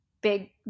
big